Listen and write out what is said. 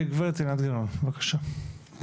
גב' עינת גנון, בבקשה.